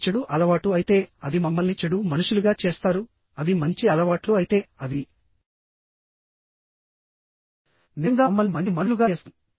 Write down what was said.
అది చెడు అలవాటు అయితే అవి మమ్మల్ని చెడు మనుషులుగా చేస్తారుఅవి మంచి అలవాట్లు అయితేఅవి నిజంగా మమ్మల్ని మంచి మనుషులుగా చేస్తాయి